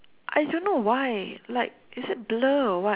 I don't know why like is it blur what